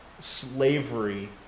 slavery